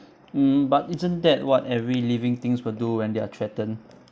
mm but isn't that what every living things will do when they are threatened